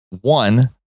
One